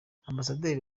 ambasaderi